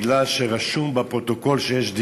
בגלל שרשום בפרוטוקול שיש דיון,